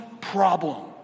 problem